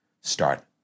Start